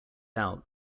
out